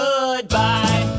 Goodbye